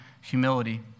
humility